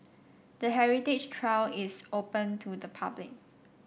the heritage trail is open to the public